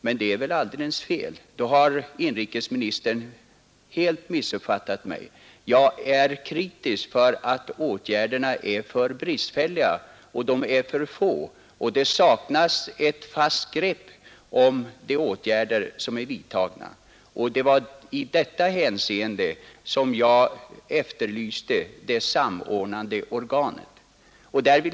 Men det är väl alldeles fel; då har inrikesministern helt missuppfattat mig. Jag är kritisk för att åtgärderna är för bristfälliga och för få. Det saknas ett fast grepp om de åtgärder som är vidtagna. Det var i detta hänseende som jag efterlyste det samordnande organet.